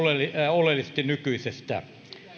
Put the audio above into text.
oleellisesti nykyisestä